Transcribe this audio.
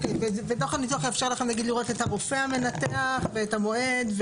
ודוח הניתוח יאפשר לכם נגיד לראות את הרופא המנתח ואת המועד?